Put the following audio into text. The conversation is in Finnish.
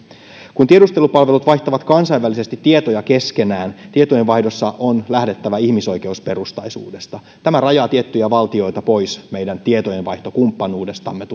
kun tiedustelupalvelut vaihtavat kansainvälisesti tietoja keskenään tietojen vaihdossa on lähdettävä ihmisoikeusperustaisuudesta tämä rajaa tulevaisuudessa tiettyjä valtioita pois meidän tietojenvaihtokumppanuudestamme